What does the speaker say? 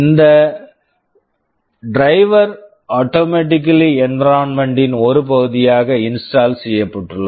இந்த driver driver automatically automatically environment environment ன் ஒரு பகுதியாக இன்ஸ்டால் install செய்யப்பட்டுள்ளது